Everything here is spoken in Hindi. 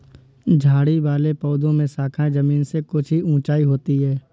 झाड़ी वाले पौधों में शाखाएँ जमीन से कुछ ही ऊँची होती है